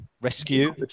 Rescue